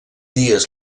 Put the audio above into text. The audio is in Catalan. dies